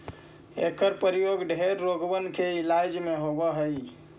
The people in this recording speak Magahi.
एकर प्रयोग ढेर रोगबन के इलाज में होब हई